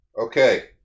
Okay